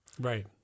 Right